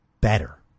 better